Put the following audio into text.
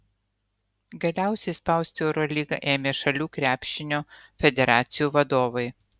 galiausiai spausti eurolygą ėmė šalių krepšinio federacijų vadovai